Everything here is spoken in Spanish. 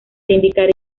indicar